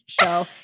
Show